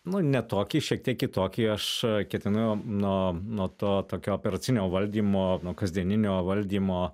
nu ne tokį šiek tiek kitokį aš ketinu nuo nuo to tokio operacinio valdymo nuo kasdieninio valdymo